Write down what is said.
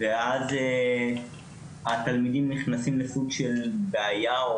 ואז התלמידים נכנסים לסוג של בעיה,